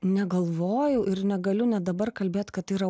negalvojau ir negaliu net dabar kalbėt kad tai yra